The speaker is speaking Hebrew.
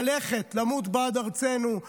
ללכת למות בעד ארצנו,